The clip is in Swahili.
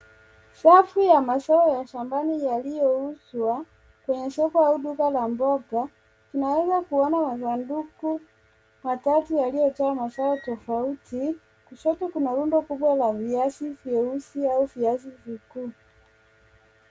Safu ya mazao ya shambani yaliyouzwa kwenye soko au duka la mboga kinaweza kuona masanduku matatu yaliyojaa mazao tofauti, kushoto kuna rundo kubwa la viazi vyeusi au viazi vikuu.